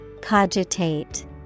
Cogitate